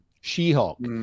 she-hulk